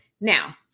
Now